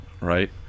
Right